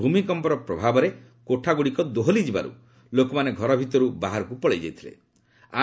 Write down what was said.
ଭୂମିକମ୍ପର ପ୍ରଭାବରେ କୋଠାଗୁଡ଼ିକ ଦୋହଳି ଯିବାରୁ ଲୋକମାନେ ଘର ଭିତରୁ ବାହାରକୁ ପଳାଇଯାଇଥିଳେ